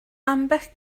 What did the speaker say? ambell